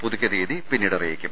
പുതുക്കിയ തീയതി പിന്നീട് അറിയിക്കും